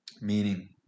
Meaning